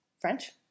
French